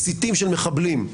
מסיתים של מחבלים,